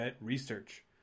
research